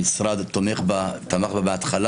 המשרד תמך בה בהתחלה,